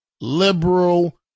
liberal